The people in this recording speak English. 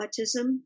autism